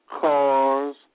cars